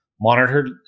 monitor